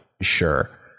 sure